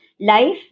life